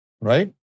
Right